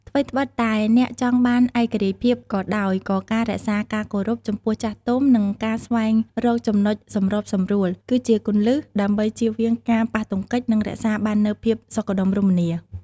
ថ្វីត្បិតតែអ្នកចង់បានឯករាជ្យភាពក៏ដោយ ក៏ការ រក្សាការគោរព ចំពោះចាស់ទុំ និងការ ស្វែងរកចំណុចសម្របសម្រួល គឺជាគន្លឹះដើម្បីជៀសវាងការប៉ះទង្គិច និងរក្សាបាននូវភាពសុខដុមរមនា។